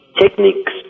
techniques